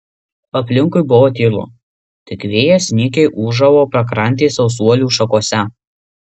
aplinkui buvo tylu tik vėjas nykiai ūžavo pakrantės sausuolių šakose